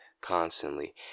constantly